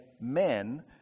men